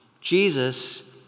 Jesus